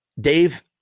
Dave